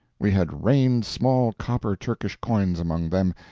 we had rained small copper turkish coins among them,